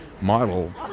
model